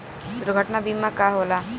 दुर्घटना बीमा का होला?